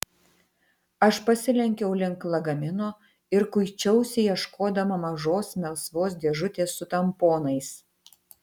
aš pasilenkiau link lagamino ir kuičiausi ieškodama mažos melsvos dėžutės su tamponais